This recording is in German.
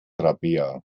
rabea